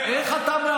איך אתה יודע?